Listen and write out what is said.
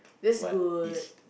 what is